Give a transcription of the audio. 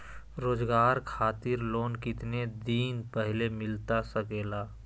रोजगार खातिर लोन कितने दिन पहले मिलता सके ला?